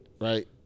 Right